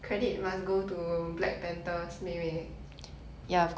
credit must go to black panther's 妹妹